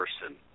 person